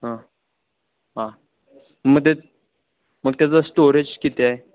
हां हां मग ते मग त्याचं स्टोरेज किती आहे